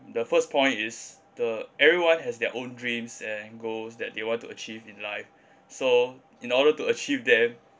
the first point is the everyone has their own dreams and goals that they want to achieve in life so in order to achieve them